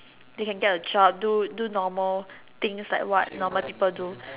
they can get a job do do normal things like what normal people do